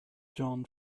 john